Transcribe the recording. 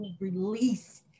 release